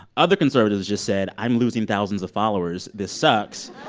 other conservatives just said, i'm losing thousands of followers this sucks